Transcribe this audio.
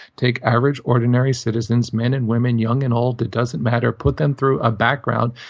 take average, ordinary citizens, men and women, young and old, it doesn't matter. put them through a background.